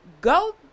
go